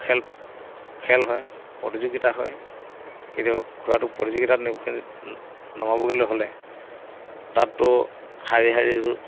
খেল খেল হয় প্ৰতিযোগিতা হয় কেতিয়াবা ঘোঁৰাটো প্ৰতিযোগিতা নি নমাবলৈ হ'লে তাততো শাৰী শাৰী